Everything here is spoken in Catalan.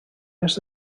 més